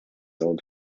old